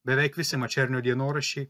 beveik visi mačernio dienoraščiai